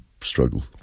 struggle